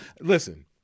listen